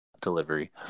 delivery